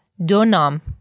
Donam